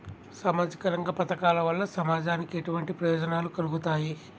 సామాజిక రంగ పథకాల వల్ల సమాజానికి ఎటువంటి ప్రయోజనాలు కలుగుతాయి?